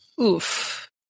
Oof